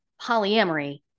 polyamory